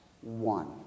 One